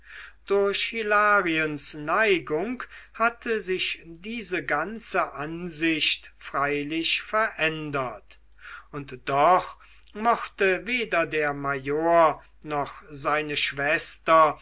durch hilariens neigung hatte sich diese ganze ansicht freilich verändert und doch mochte weder der major noch seine schwester